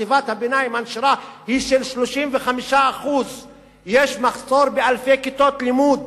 בחטיבת הביניים הנשירה היא של 35%. יש מחסור באלפי כיתות לימוד.